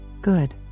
good